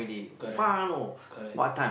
correct correct